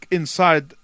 inside